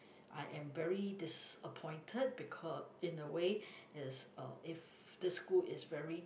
I am very disappointed becau~ in a way is uh if this school is very